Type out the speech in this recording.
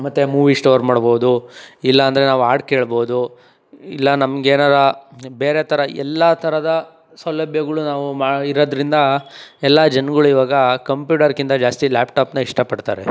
ಮತ್ತೆ movie store ಮಾಡ್ಬೋದು ಇಲ್ಲಾಂದರೆ ನಾವು ಹಾಡು ಕೇಳ್ಬೋದು ಇಲ್ಲ ನಮ್ಗೆನಾರಾ ಬೇರೆ ಥರ ಎಲ್ಲ ಥರದ ಸೌಲಭ್ಯಗಳು ನಾವು ಮಾ ಇರೋದ್ರಿಂದ ಎಲ್ಲ ಜನಗಳು ಇವಾಗ ಕಂಪ್ಯೂಟರ್ಗಿಂತ ಜಾಸ್ತಿ ಲ್ಯಾಪ್ಟಾಪನ್ನ ಇಷ್ಟಪಡ್ತಾರೆ